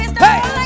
Hey